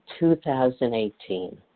2018